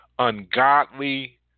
ungodly